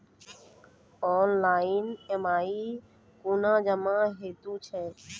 Online EMI कूना जमा हेतु छै?